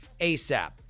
ASAP